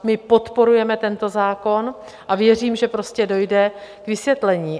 My podporujeme tento zákon a věřím, že prostě dojde k vysvětlení.